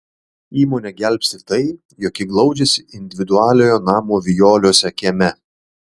įmonę gelbsti tai jog ji glaudžiasi individualiojo namo vijoliuose kieme